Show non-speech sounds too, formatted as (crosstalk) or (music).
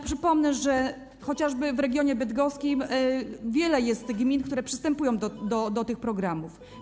Przypomnę, że chociażby (noise) w regionie bydgoskim wiele jest gmin, które przystępują do tych programów.